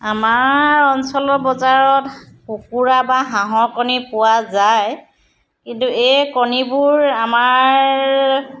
আমাৰ অঞ্চলৰ বজাৰত কুকুৰা বা হাঁহৰ কণী পোৱা যায় কিন্তু এই কণীবোৰ আমাৰ